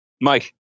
Mike